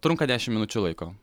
trunka dešimt minučių laiko